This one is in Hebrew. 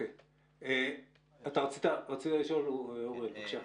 אוריאל, אתה רצית לשואל, בבקשה.